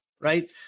Right